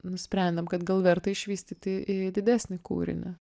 nusprendėm kad gal verta išvystyti į didesnį kūrinį